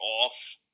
off